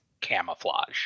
camouflage